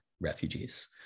refugees